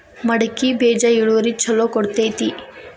ಮಡಕಿ ಬೇಜ ಇಳುವರಿ ಛಲೋ ಕೊಡ್ತೆತಿ?